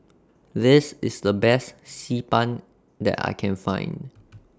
This IS The Best Xi Ban that I Can Find